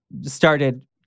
started